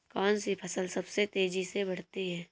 कौनसी फसल सबसे तेज़ी से बढ़ती है?